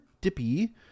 Dippy